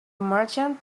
merchant